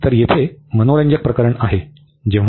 तर येथे मनोरंजक प्रकरण आहे जेव्हा